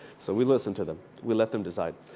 so we listened to them. we let them decide.